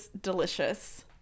delicious